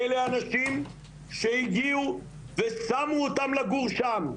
אלו אנשים שהגיעו ושמו אותם לגור שם.